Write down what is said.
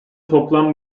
toplam